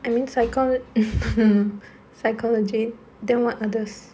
I mean psychol~ psychology then what others